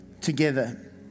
together